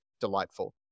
delightful